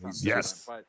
Yes